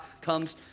comes